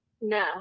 No